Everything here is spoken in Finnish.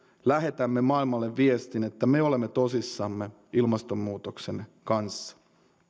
lähetämme maailmalle viestin että me olemme tosissamme ilmastonmuutoksen kanssa